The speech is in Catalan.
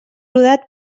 rodat